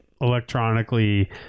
electronically